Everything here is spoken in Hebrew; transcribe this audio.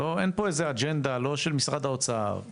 אין פה איזה אג'נדה לא של משרד האוצר,